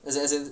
as as in